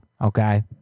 Okay